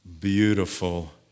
beautiful